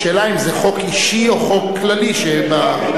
השאלה היא אם זה חוק אישי או חוק כללי, אדוני.